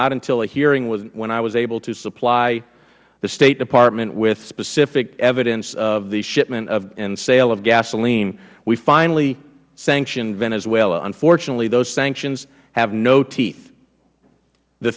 not until a hearing when i was able to supply the state department with specific evidence of the shipment and sale of gasoline we finally sanctioned venezuela unfortunately those sanctions have no teeth the